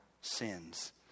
sins